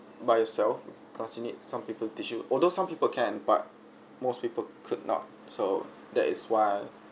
by yourself because you need some people teach you although some people can but most people could not so that is why